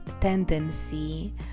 tendency